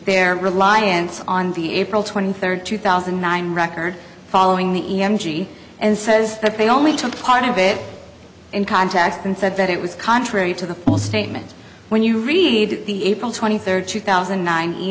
their reliance on the april twenty third two thousand and nine record following the e m t and says that they only took part of it in context and said that it was contrary to the full statement when you read the april twenty third two thousand and nine e